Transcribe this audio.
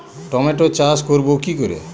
Tomato চাষ করব কি করে?